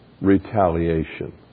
retaliation